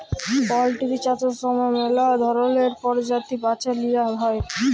poultry চাষের সময় ম্যালা ধরলের পরজাতি বাছে লিঁয়া হ্যয়